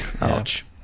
Ouch